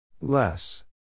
Less